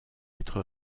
être